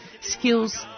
skills